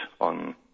on